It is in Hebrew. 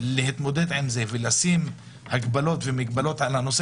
להתמודד עם זה ולשים הגבלות ומגבלות על הנושא